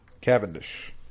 Cavendish